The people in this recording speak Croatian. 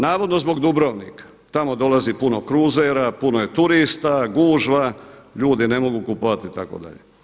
Navodno zbog Dubrovnika tamo dolazi puno kruzera, puno je turista, gužva, ljudi ne mogu kupovati itd.